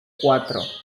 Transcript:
cuatro